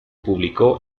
publicó